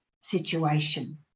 situation